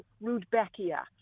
rudbeckia